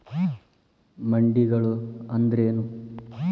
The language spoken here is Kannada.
ಮಂಡಿಗಳು ಅಂದ್ರೇನು?